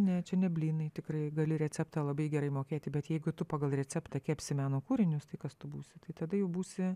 ne čia ne blynai tikrai gali receptą labai gerai mokėti bet jeigu tu pagal receptą kepsi meno kūrinius tai kas tu būsi tai tada jau būsi